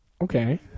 Okay